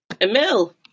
Emil